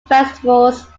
festivals